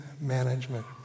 management